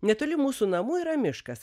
netoli mūsų namų yra miškas